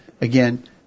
Again